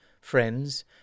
friends